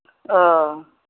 ओह